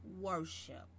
worship